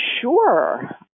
Sure